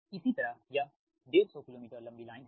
इसी तरह यह 150 किलो मीटर लंबी लाइन है